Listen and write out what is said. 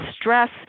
stress